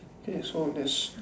ok so this